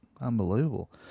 Unbelievable